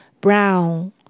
Brown